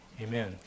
amen